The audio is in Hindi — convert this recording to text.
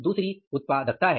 दूसरा उत्पादकता है